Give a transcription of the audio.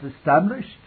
established